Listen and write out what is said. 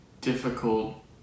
difficult